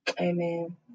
Amen